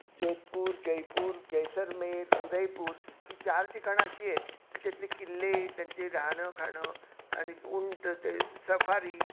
जोधपूर जयपूर जयसरमेल उदयपूर ही चार ठिकाणं अशी आहेत की तिथले किल्ले त्यांचे राहणं खाणं आणि उंट ते सफारी